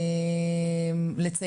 בהזדמנות,